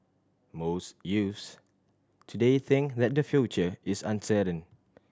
most youths today think that the future is uncertain